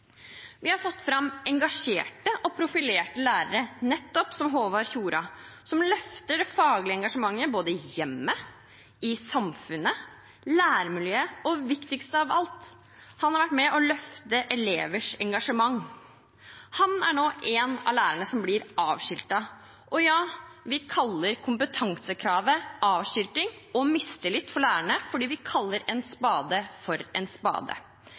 Vi har fått fram engasjerte og profilerte lærere, som nettopp Håvard Tjora, som løfter det faglige engasjementet både hjemme, i samfunnet og i lærermiljøet, og – viktigst av alt – han har vært med og løftet elevers engasjement. Han er nå en av de lærerne som blir avskiltet. Ja, vi kaller kompetansekravet avskilting av og mistillit til lærerne, fordi vi kaller en spade for en spade.